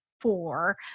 four